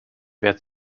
wer